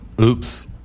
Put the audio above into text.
Oops